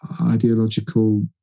ideological